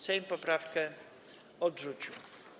Sejm poprawkę odrzucił.